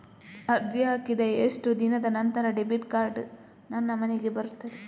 ಅರ್ಜಿ ಹಾಕಿದ ಎಷ್ಟು ದಿನದ ನಂತರ ಡೆಬಿಟ್ ಕಾರ್ಡ್ ನನ್ನ ಮನೆಗೆ ಬರುತ್ತದೆ?